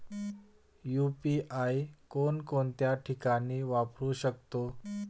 UPI कोणकोणत्या ठिकाणी वापरू शकतो?